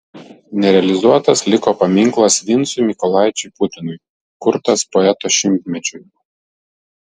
nerealizuotas liko paminklas vincui mykolaičiui putinui kurtas poeto šimtmečiui